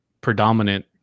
predominant